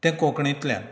तें कोंंकणीतल्यान